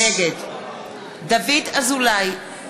נגד דוד אזולאי,